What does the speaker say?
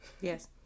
Yes